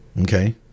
Okay